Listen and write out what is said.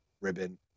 ribbon